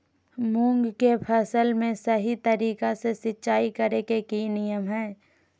मूंग के फसल में सही तरीका से सिंचाई करें के नियम की हय?